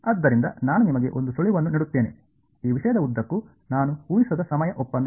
ಆದ್ದರಿಂದ ನಾನು ನಿಮಗೆ ಒಂದು ಸುಳಿವನ್ನು ನೀಡುತ್ತೇನೆ ಈ ವಿಷಯದ ಉದ್ದಕ್ಕೂ ನಾನು ಊಹಿಸಿದ ಸಮಯ ಒಪ್ಪಂದ ಯಾವುದು